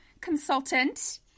consultant